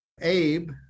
Abe